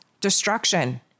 destruction